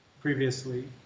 previously